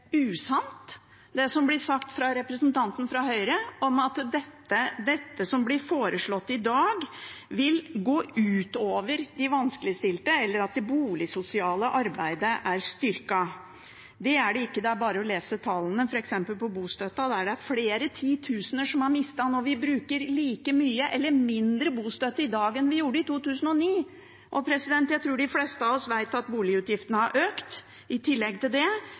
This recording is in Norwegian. usant, det som blir sagt fra representanten fra Høyre om at det som blir foreslått i dag, vil gå ut over de vanskeligstilte – og at det boligsosiale arbeidet er styrket. Det er det ikke, det er bare å lese tallene f.eks. for bostøtten. Det er flere titusener som har mistet den. Vi bruker like mye – eller mindre – bostøtte i dag enn vi gjorde i 2009, og jeg tror de fleste av oss vet at boligutgiftene har økt. I tillegg til det